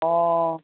অঁ